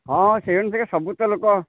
ହଁ ସେମିତି ସବୁ ତ ଲୋକ